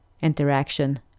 interaction